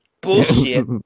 Bullshit